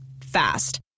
Fast